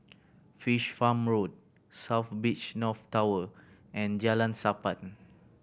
Fish Farm Road South Beach North Tower and Jalan Sappan